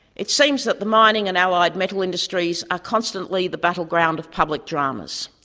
it seems that the mining and allied metal industries are constantly the battle ground of public dramas.